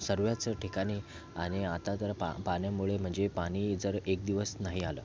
सर्व्याच ठिकाणी आणि आता तर पा पाण्यामुळे म्हणजे पाणी जर एक दिवस नाही आलं